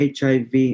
HIV